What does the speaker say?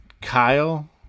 Kyle